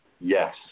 yes